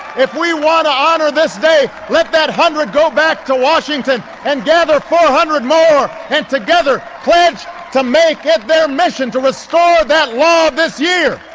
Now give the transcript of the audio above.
if we want to honour this day, let that hundred go back to washington and gather four hundred more, and together, pledge to make it their mission to restore that law this year.